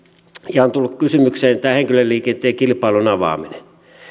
ja on tullut kysymykseen tämä henkilöliikenteen kilpailun avaaminen